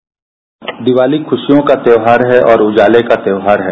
bite Diwali खुशियों का त्योहार है और उजाले का त्योहार है